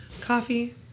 Coffee